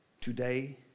today